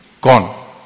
gone